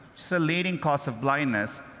so leading cause of blindness,